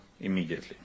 immediately